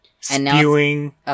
spewing